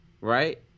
Right